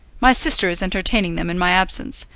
my sister is entertaining them in my absence,